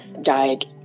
died